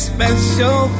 special